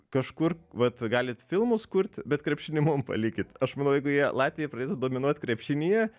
kažkur vat galit filmus kurti bet krepšinį mum palikit aš manau jeigu jie latvijoj prades dominuot krepšinyje